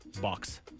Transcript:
box